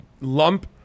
lump